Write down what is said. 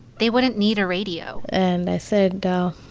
they wouldn't need a radio and i said, oh,